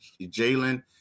Jalen